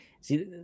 See